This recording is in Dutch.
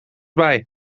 bij